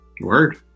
Word